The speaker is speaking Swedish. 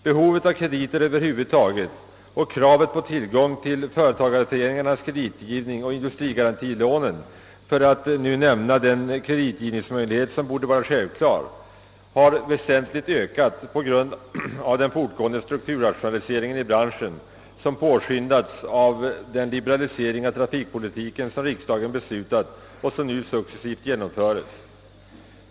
Behovet av krediter över huvud taget och kravet på att få utnyttja företagarföreningarnas kreditgivning och industrigarantilånen — för att bara nämna de kreditmöjligheter som borde vara självklara — har väsentligt ökat på grund av den fortgående strukturrationaliseringen inom branschen, en rationalisering som påskyndats av den liberalisering av trafikpolitiken som riksdagen beslutat och som nu successivt genomförs.